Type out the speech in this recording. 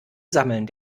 sammeln